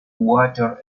water